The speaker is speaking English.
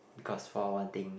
because for one thing